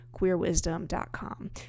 queerwisdom.com